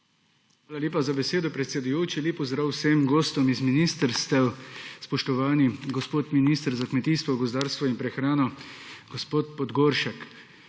Hvala lepa za besedo, predsedujoči. Lep pozdrav vsem gostom z ministrstev, spoštovani minister za kmetijstvo, gozdarstvo in prehrano gospod Podgoršek!